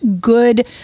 good